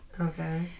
Okay